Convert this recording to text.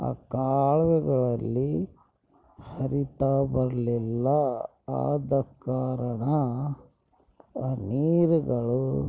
ಆ ಕಾಲುವೆಗಳಲ್ಲಿ ಹರೀತಾ ಬರಲಿಲ್ಲ ಆದ ಕಾರಣ ಆ ನೀರುಗಳು